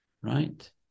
right